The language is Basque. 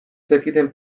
zekiten